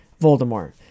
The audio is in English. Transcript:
Voldemort